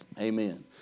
Amen